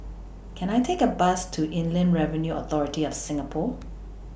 Can I Take A Bus to Inland Revenue Authority of Singapore